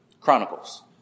Chronicles